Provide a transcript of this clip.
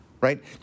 Right